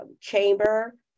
chamber